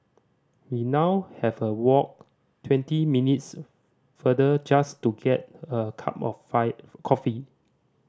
we now have walk twenty minutes farther just to get a cup of coffee